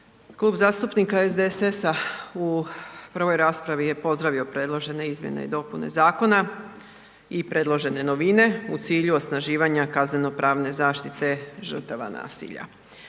Klub zastupnika SDSS-a u prvoj raspravi je pozdravio predložene izmjene i dopune zakona i predložene novine u cilju osnaživanja kaznenopravne zaštite žrtava nasilja.